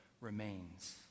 remains